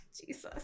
Jesus